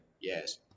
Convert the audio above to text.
Yes